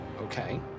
Okay